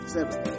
Seven